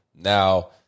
Now